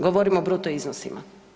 Govorim o bruto iznosima.